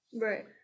Right